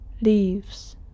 Leaves